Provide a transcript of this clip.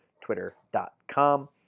twitter.com